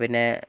പിന്നെ